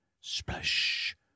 Splash